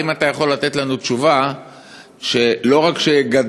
האם אתה יכול לתת לנו תשובה שלא רק שגדל